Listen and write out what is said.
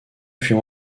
fut